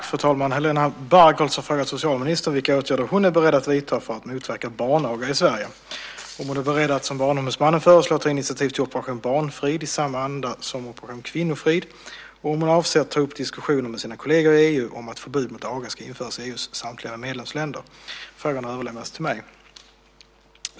Fru talman! Helena Bargholtz har frågat socialministern vilka åtgärder hon är beredd att vidta för att motverka barnaga i Sverige, om hon är beredd att som Barnombudsmannen föreslår ta initiativ till Operation barnfrid i samma anda som Operation kvinnofrid och om hon avser att ta upp diskussioner med sina kolleger i EU om att förbud mot aga ska införas i EU:s samtliga medlemsländer. Frågan har överlämnats till mig.